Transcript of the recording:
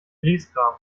griesgram